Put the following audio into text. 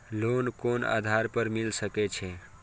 Loan कोन आधार पर मिल सके छे?